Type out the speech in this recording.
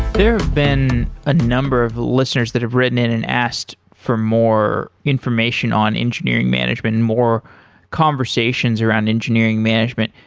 there have been a number of listeners that have written in and asked for more information on engineering management. more conversations around engineering management.